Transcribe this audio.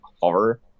horror